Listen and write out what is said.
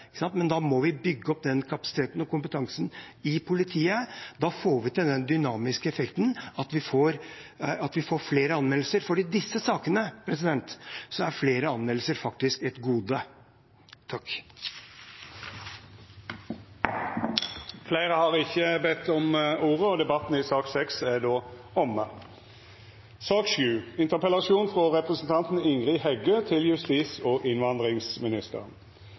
ikke kapasitet og kompetanse. Hvis vi hadde fått kapasitet og kompetanse, ja, da hadde folk i Molde, Åndalsnes og Kristiansund også begynt å anmelde dette. Men da må vi bygge opp denne kapasiteten og kompetansen i politiet. Da får vi til denne dynamiske effekten, at vi får flere anmeldelser. I disse sakene er flere anmeldelser faktisk et gode. Fleire har ikkje bede om ordet til sak nr. 6. Denne interpellasjonen handlar om kva god inkassoskikk er,